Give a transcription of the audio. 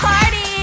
Party